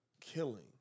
killing